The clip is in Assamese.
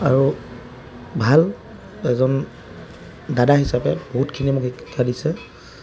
আৰু ভাল এজন দাদা হিচাপে বহুতখিনি মোক শিক্ষা দিছে